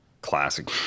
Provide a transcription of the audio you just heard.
Classic